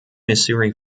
missouri